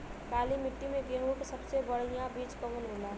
काली मिट्टी में गेहूँक सबसे बढ़िया बीज कवन होला?